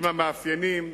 עם המאפיינים,